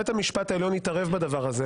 בית המשפט התערב בדבר הזה,